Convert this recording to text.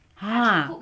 !huh!